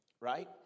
right